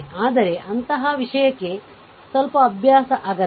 ಆದರೆ ಅಂತಹ ವಿಷಯಕ್ಕೆ ಸ್ವಲ್ಪ ಅಭ್ಯಾಸ ಅಗತ್ಯ